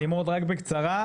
נמרוד רק בקצרה.